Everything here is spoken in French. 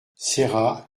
serra